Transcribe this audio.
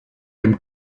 dem